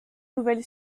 nouvelle